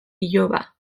iloba